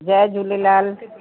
Jay Jhulelal